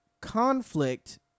conflict